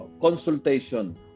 consultation